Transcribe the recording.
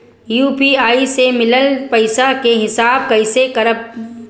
UPI से मिलल पईसा के हिसाब कइसे करब?